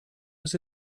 was